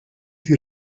die